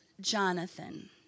Jonathan